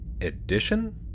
Edition